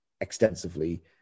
extensively